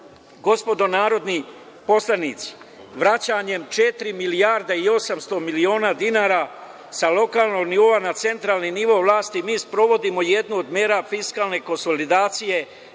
godine. Gospodo narodni poslanici, vraćanjem četiri milijarde i 800 miliona dinara sa lokalnog nivoa na centralni nivo vlasti mi sprovodimo jednu od mera fiskalne konsolidacije,